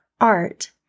art